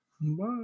Bye